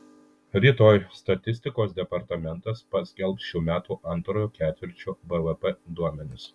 rytoj statistikos departamentas paskelbs šių metų antrojo ketvirčio bvp duomenis